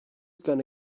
gonna